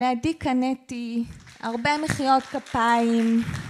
ועדי קנטי הרבה מחיאות כפיים